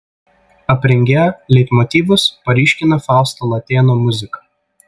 aprengėjo leitmotyvus paryškina fausto latėno muzika